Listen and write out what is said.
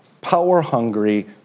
power-hungry